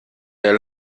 der